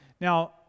Now